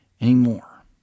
anymore